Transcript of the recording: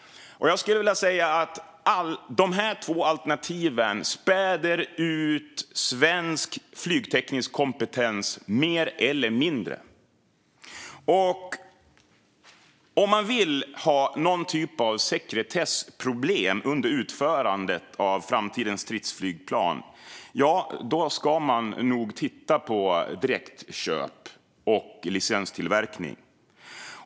Dessa båda alternativ späder ut svensk flygteknisk kompetens, mer eller mindre. Om man vill ha sekretessproblem under utförandet av framtidens stridsflygplan ska man nog titta på direktköp och licenstillverkning.